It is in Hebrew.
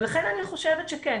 אני חושבת שכן,